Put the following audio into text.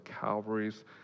Calvary's